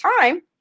time